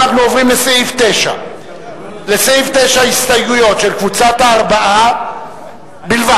אנחנו עוברים לסעיף 9. לסעיף 9 יש הסתייגויות של קבוצת הארבעה בלבד.